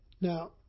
Now